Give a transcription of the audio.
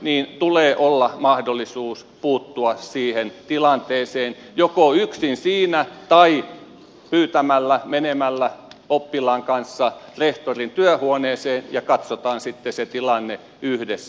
opettajalla tulee olla mahdollisuus puuttua siihen tilanteeseen joko yksin siinä tai menemällä oppilaan kanssa rehtorin työhuoneeseen jolloin katsotaan sitten se tilanne yhdessä